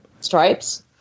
Stripes